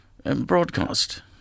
Broadcast